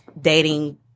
dating